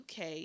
UK